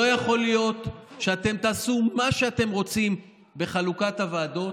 לא יכול להיות שאתם תעשו מה שאתם רוצים בחלוקת הוועדות,